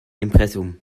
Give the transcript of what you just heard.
impressum